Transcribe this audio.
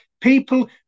People